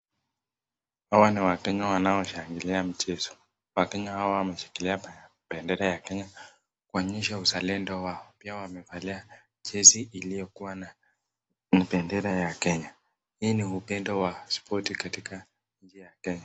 Hawa ni Wakenya wanaoshangilia michezo. Wakenya hawa wameshikilia bendera ya Kenya kuonyesha uzalendo wao. Pia wamevalia jezi iliyokuwa na bendera ya Kenya. Hii ni upendo wa spoti katika nchi ya Kenya.